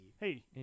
Hey